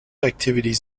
activities